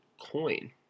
coin